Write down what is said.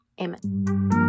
amen